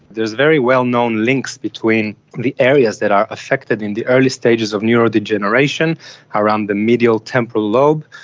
there is very well known links between the areas that are affected in the early stages of neurodegeneration around the medial temporal lobe,